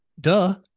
Duh